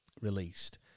released